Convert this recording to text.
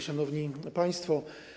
Szanowni Państwo!